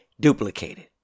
duplicated